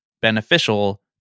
beneficial